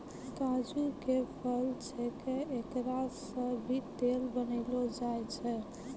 काजू के फल छैके एकरा सॅ भी तेल बनैलो जाय छै